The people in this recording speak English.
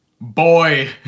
boy